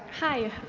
hi,